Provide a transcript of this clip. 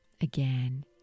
Again